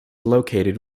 located